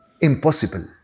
impossible